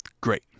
great